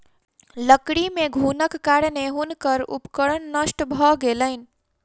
लकड़ी मे घुनक कारणेँ हुनकर उपकरण नष्ट भ गेलैन